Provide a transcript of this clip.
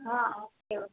હાં okay okay